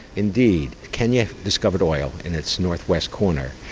indeed. kenya discovered oil in its north-west corner,